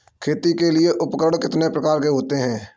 खेती के लिए उपकरण कितने प्रकार के होते हैं?